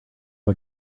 are